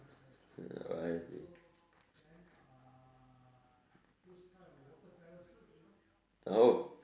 ah I see oh